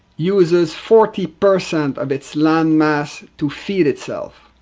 uses forty percent of its landmass to feed itself.